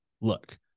look